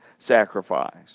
sacrifice